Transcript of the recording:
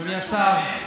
אדוני השר,